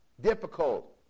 difficult